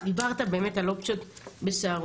דיברת באמת על אופציות בסהרונים,